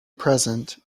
present